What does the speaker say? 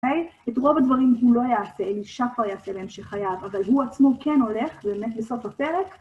את רוב הדברים הוא לא יעשה, אלישע כבר יעשה בהמשך חייו, אבל הוא עצמו כן הולך באמת בסוף הפרק.